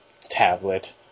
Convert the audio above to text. tablet